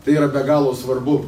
tai yra be galo svarbu